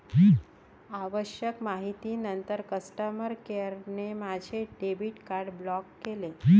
आवश्यक माहितीनंतर कस्टमर केअरने माझे डेबिट कार्ड ब्लॉक केले